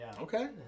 Okay